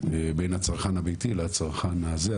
בין הצרכן הביתי לצרכן הזה.